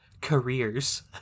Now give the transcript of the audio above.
careers